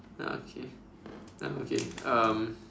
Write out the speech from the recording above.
ya okay ya okay um